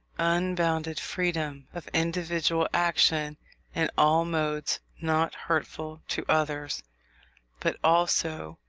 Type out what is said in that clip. unbounded freedom of individual action in all modes not hurtful to others but also,